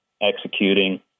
executing